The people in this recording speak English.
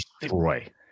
destroy